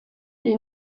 les